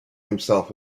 himself